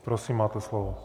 Prosím, máte slovo.